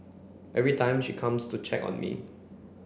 every time she comes to check on me